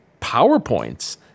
PowerPoints